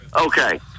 Okay